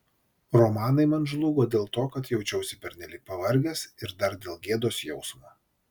romanai man žlugo dėl to kad jaučiausi pernelyg pavargęs ir dar dėl gėdos jausmo